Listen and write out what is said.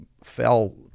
fell